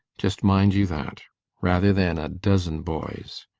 just mind you that rather than a dozen boys.